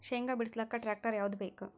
ಶೇಂಗಾ ಬಿಡಸಲಕ್ಕ ಟ್ಟ್ರ್ಯಾಕ್ಟರ್ ಯಾವದ ಬೇಕು?